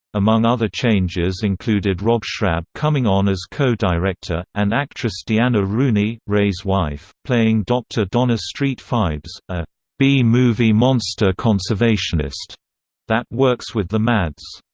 among other changes included rob schrab coming on as co-director, and actress deanna rooney, ray's wife, playing dr. donna st. phibes, a b-movie monster conservationist that works with the mads.